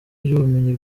ry’ubumenyi